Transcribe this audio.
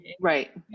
right